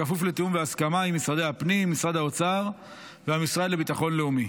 בכפוף לתיאום והסכמה עם משרד הפנים ומשרד האוצר והמשרד לביטחון לאומי.